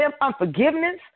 unforgiveness